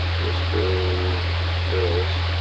whispering hills,